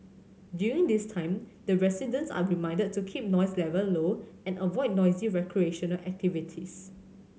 during this time the residents are reminded to keep noise level low and avoid noisy recreational activities